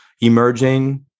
emerging